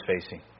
facing